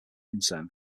concern